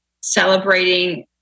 celebrating